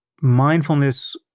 mindfulness